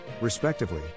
respectively